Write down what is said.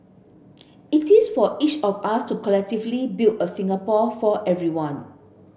it is for each of us to collectively build a Singapore for everyone